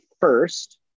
first